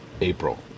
April